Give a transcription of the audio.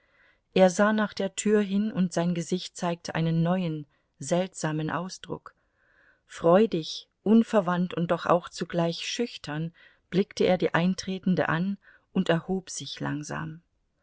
er sah nach der tür hin und sein gesicht zeigte einen neuen seltsamen ausdruck freudig unverwandt und doch auch zugleich schüchtern blickte er die eintretende an und erhob sich langsam